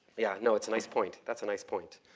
yeah, no, it's a nice point. that's a nice point.